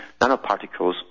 nanoparticles